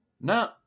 No